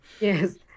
Yes